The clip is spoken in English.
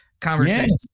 conversation